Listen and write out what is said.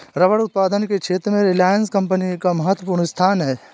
rubber उत्पादन के क्षेत्र में रिलायंस कम्पनी का महत्त्वपूर्ण स्थान है